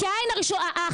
כי העין האחרת,